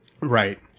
Right